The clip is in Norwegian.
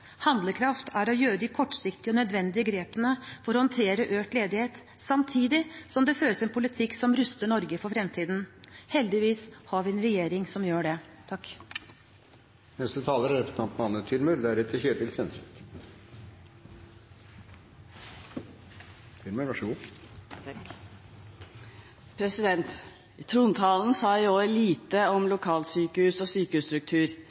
Handlekraft er å gjøre de kortsiktige og nødvendige grepene for å håndtere økt ledighet, samtidig som det føres en politikk som ruster Norge for fremtiden. Heldigvis har vi en regjering som gjør det. Trontalen sa i år lite om lokalsykehus og sykehusstruktur.